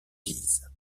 dise